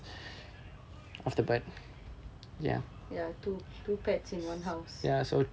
ya two two pets in one house